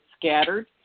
scattered